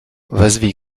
wezwij